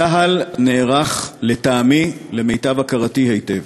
צה"ל נערך, לטעמי, למיטב הכרתי, היטב,